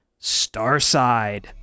starside